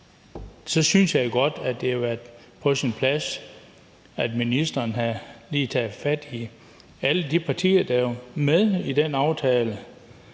så kunne det godt have været på sin plads, at ministeren lige havde taget fat i alle de partier, der var med i den aftale.